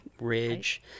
Ridge